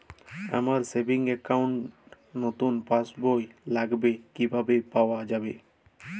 আমার savings account র নতুন পাসবই লাগবে কিভাবে পাওয়া যাবে?